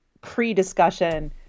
pre-discussion